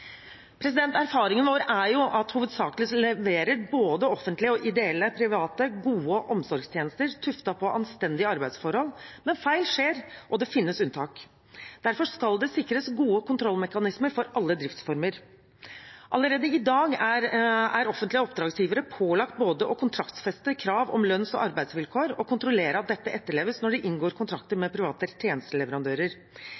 Erfaringen vår er at både offentlige, ideelle og private hovedsakelig leverer gode omsorgstjenester tuftet på anstendige arbeidsforhold, men feil skjer, og det finnes unntak. Derfor skal det sikres gode kontrollmekanismer for alle driftsformer. Allerede i dag er offentlige oppdragsgivere pålagt både å kontraktfeste krav om lønns- og arbeidsvilkår og å kontrollere at dette etterleves når de inngår kontrakter